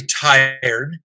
tired